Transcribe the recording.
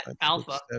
alpha